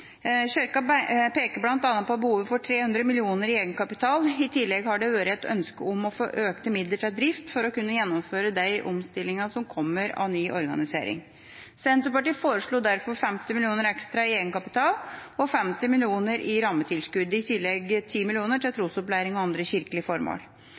vedtatt. Kirken peker bl.a. på behovet for 300 mill. kr i egenkapital, og i tillegg har det vært et ønske om å få økte midler til drift for å kunne gjennomføre de omstillingene som kommer av ny organisering. Senterpartiet foreslo derfor 50 mill. kr ekstra i egenkapital og 50 mill. kr i rammetilskudd, i tillegg 10 mill. kr til trosopplæring og andre kirkelige formål.